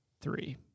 three